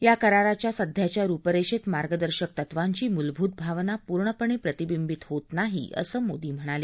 या कराराच्या सध्याच्या रूपरेषेत मार्गदर्शक तत्वांची मुलभूत भावना पूर्णपणे प्रतिबिंबीत होत नाही असं मोदी म्हणाले